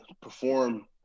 perform